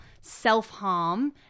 self-harm